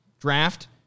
draft